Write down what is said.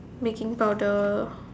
making powder